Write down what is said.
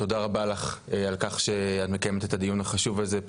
תודה רבה לך על כך שאת מקיימת את הדיון החשוב הזה,